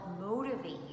motivate